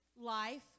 life